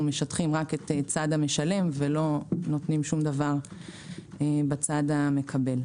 משטחים רק את צד המשלם ולא נותנים דבר בצד המקבל.